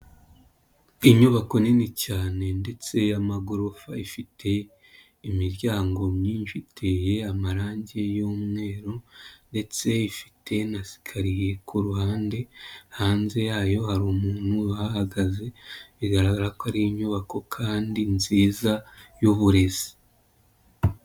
Inyubako nini cyane ndetse y'amagorofa ifite imiryango myinshi iteye amarangi y'umweru ndetse ifite na sikariye kuruhande hanze yayo hari umuntu uhagaze bigaragara ko ari inyubako kandi nziza y'uburezi.